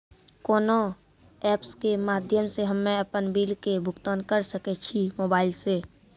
कोना ऐप्स के माध्यम से हम्मे अपन बिल के भुगतान करऽ सके छी मोबाइल से?